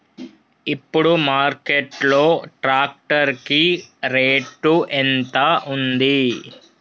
ఇప్పుడు మార్కెట్ లో ట్రాక్టర్ కి రేటు ఎంత ఉంది?